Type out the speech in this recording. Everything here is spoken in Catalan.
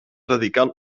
radical